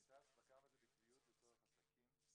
אני טס בקו הזה בקביעות לצורך עסקים,